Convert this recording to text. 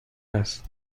است